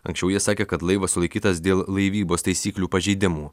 anksčiau jie sakė kad laivas sulaikytas dėl laivybos taisyklių pažeidimų